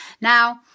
Now